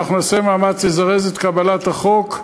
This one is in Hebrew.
נעשה מאמץ לזרז את קבלת החוק,